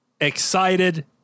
Excited